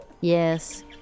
Yes